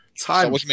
time